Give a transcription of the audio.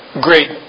great